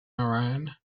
iran